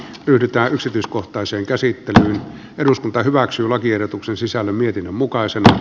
yritä yksityiskohtaisen käsittelyn eduskunta hyväksyi lakiehdotuksen sisällä mietin mukaisena